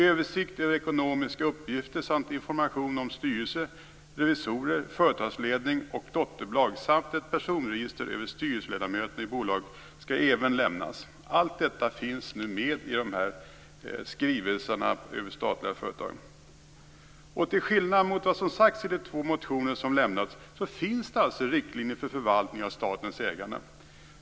Översikt över ekonomiska uppgifter, information om styrelse, revisorer, företagsledning och dotterbolag samt ett personregister över styrelseledamöter i bolaget skall även lämnas. Allt detta finns nu med i skrivelserna över statliga företag. Till skillnad mot vad som sagts i de två motionerna som lämnats finns det alltså riktlinjer för förvaltningen av statens ägande.